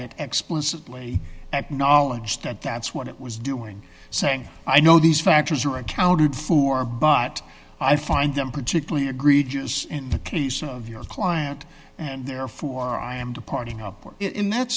it explicitly acknowledged that that's what it was doing saying i know these factors are accounted for but i find them particularly egregious in the case of your client and therefore i am departing upward in that